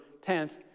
10th